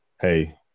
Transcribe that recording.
hey